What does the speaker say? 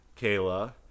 Kayla